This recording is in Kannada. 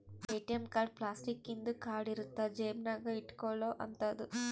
ಎ.ಟಿ.ಎಂ ಕಾರ್ಡ್ ಪ್ಲಾಸ್ಟಿಕ್ ಇಂದು ಕಾರ್ಡ್ ಇರುತ್ತ ಜೇಬ ನಾಗ ಇಟ್ಕೊಲೊ ಅಂತದು